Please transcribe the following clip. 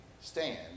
stand